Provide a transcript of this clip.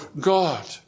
God